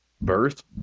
Birth